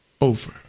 over